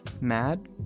Mad